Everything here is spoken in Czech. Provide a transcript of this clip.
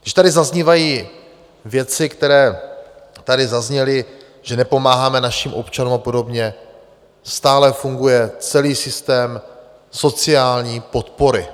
Když tady zaznívají věci, které tady zazněly, že nepomáháme našim občanům a podobně stále funguje celý systém sociální podpory.